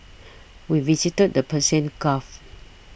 we visited the Persian Gulf